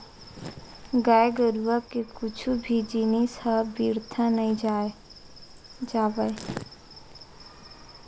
गाय गरुवा के कुछु भी जिनिस ह बिरथा नइ जावय